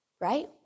Right